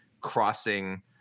crossing